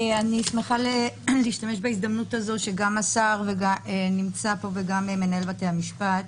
אני שמחה להשתמש בהזדמנות הזו שגם השר נמצא פה וגם מנהל בתי המשפט,